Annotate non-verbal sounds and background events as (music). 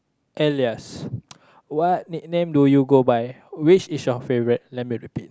alias (noise) what nickname do you go by which is your favourite let me repeat